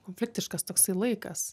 konfliktiškas toksai laikas